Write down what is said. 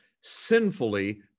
Sinfully